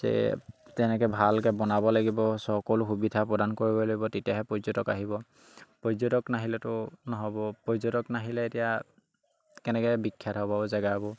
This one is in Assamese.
যে তেনেকৈ ভালকৈ বনাব লাগিব সকলো সুবিধা প্ৰদান কৰিব লাগিব তেতিয়াহে পৰ্যটক আহিব পৰ্যটক নাহিলেতো নহ'ব পৰ্যটক নাহিলে এতিয়া কেনেকৈ বিখ্যাত হ'ব জেগাবোৰ